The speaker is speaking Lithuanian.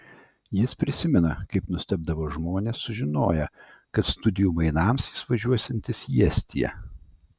jis prisimena kaip nustebdavo žmonės sužinoję kad studijų mainams jis važiuosiantis į estiją